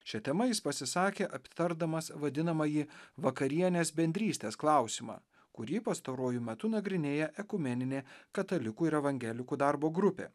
šia tema jis pasisakė aptardamas vadinamąjį vakarienės bendrystės klausimą kurį pastaruoju metu nagrinėja ekumeninė katalikų ir evangelikų darbo grupė